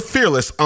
Fearless